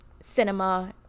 Cinema